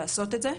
לעשות את זה.